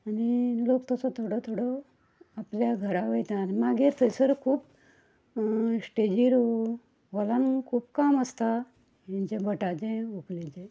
आनी लोक तसो थोडो थोडो आपल्या घरा वयता आनी मागीर थंयसर खूब स्टेजीर व्हॉलान खूब काम आसता हेंचें भटाचें व्हंकलेचें